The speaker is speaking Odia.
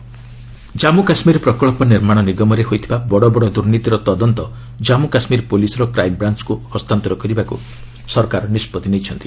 govt JK PCC Jammu Kashmir ପ୍ରକଳ୍ପ ନିର୍ମାଣ ନିଗମରେ ହୋଇଥିବା ବଡ଼ ବଡ଼ ଦୁର୍ନୀତିର ତଦନ୍ତ ଜାମ୍ମୁ କାଶ୍ମୀର ପୁଲିସ୍ର କ୍ରାଇମ୍ବ୍ରାଞ୍ଚକୁ ହସ୍ତାନ୍ତର କରିବାକୁ ସରକାର ନିଷ୍ପଭି ନେଇଛନ୍ତି